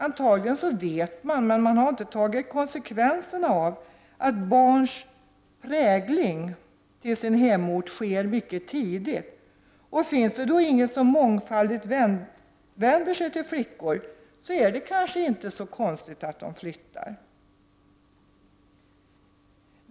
Antagligen vet man, men man har inte tagit konsekvensen av, att barns ”prägling” till sin hemort sker mycket tidigt. Finns det inget som mångfaldigt vänder sig till flickor, är det kanske inte så konstigt att de flyttar.